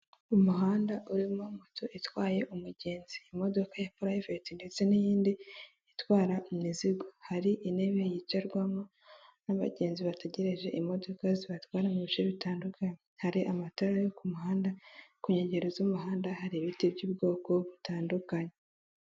Umuhanda urimo moto itwaye umugenzi imodoka ya purayiveti, ndetse n'iyindi itwara imizigo hari intebe yicarwamo n'abagenzi bategereje imodoka zibatwara mu bice bitandukanye, hari amatara yo ku muhanda ku nkengero z'umuhanda hari ibiti by'ubwoko butandukanye.